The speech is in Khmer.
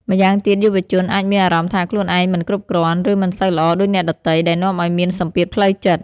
ម្យ៉ាងទៀតយុវជនអាចមានអារម្មណ៍ថាខ្លួនឯងមិនគ្រប់គ្រាន់ ឬមិនសូវល្អដូចអ្នកដទៃ ដែលនាំឲ្យមានសម្ពាធផ្លូវចិត្ត។